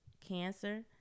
cancer